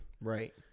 Right